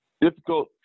difficult